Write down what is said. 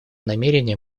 намерения